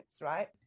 right